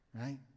right